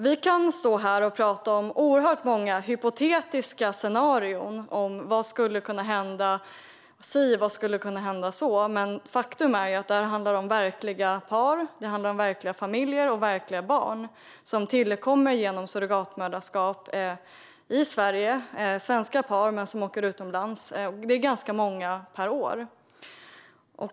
Vi kan stå här och prata om oerhört många hypotetiska scenarier - vad som skulle hända si eller så - men faktum är att detta handlar om verkliga par, om verkliga familjer och om verkliga barn som tillkommer genom surrogatmoderskap i Sverige. Ganska många svenska par åker utomlands varje år.